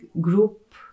group